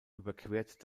überquert